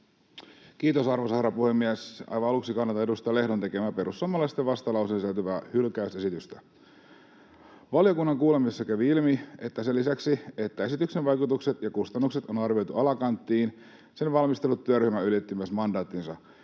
Kiitos, arvoisa herra puhemies! Aivan aluksi kannatan edustaja Lehdon tekemää perussuomalaisten vastalauseeseen sisältyvää hylkäysesitystä. Valiokunnan kuulemisessa kävi ilmi, että sen lisäksi, että esityksen vaikutukset ja kustannukset on arvioitu alakanttiin, sen valmistellut työryhmä myös ylitti mandaattinsa.